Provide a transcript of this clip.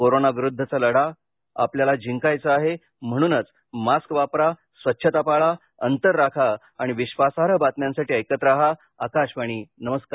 कोरोनाविरुद्धचा हा लढा आपल्याला जिंकायचा आहे म्हणूनच मास्क वापरा स्वच्छता पाळा अंतर राखा आणि विश्वासार्ह बातम्यांसाठी ऐकत रहा आकाशवाणी नमस्कार